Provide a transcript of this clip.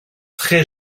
très